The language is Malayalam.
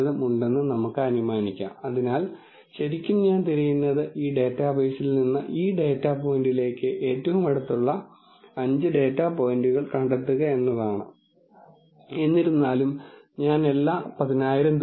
നിങ്ങൾക്ക് ഉണ്ടാക്കാൻ കഴിയുന്ന നിരവധി അനുമാനങ്ങൾ ഉള്ളതിനാൽ ടെക്നിക്കിൽ ഉപയോഗിക്കുന്ന അനുമാനങ്ങൾക്കനുസരിച്ച് ഡാറ്റ ക്രമീകരിച്ചിരിക്കുന്ന പ്രോബ്ളങ്ങൾ പരിഹരിക്കുന്നതിനായി ട്യൂൺ ചെയ്യപ്പെടുകയും വികസിപ്പിച്ചെടുക്കുകയും ചെയ്യുന്ന നിരവധി ടെക്നിക്ക്കളുണ്ട്